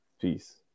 Peace